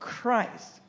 Christ